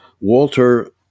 Walter